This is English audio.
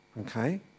Okay